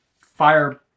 fire